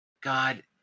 God